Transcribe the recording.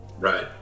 Right